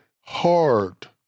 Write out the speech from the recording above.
hard